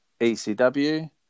ECW